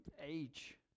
age